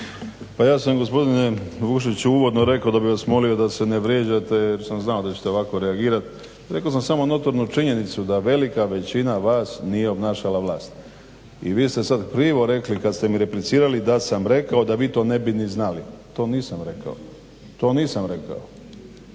Pa ja sam gospodine Vukšiću uvodno rekao da bih vas molio da se ne vrijeđate jer sam znao da ćete ovako reagirati. Rekao sam samo notornu činjenicu da velika većina vas nije obnašala vlast i vi ste sad krivo rekli kad ste mi replicirali da sam rekao da vi to ne bi ni znali. To nisam rekao. I ja sam